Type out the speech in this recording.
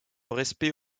respect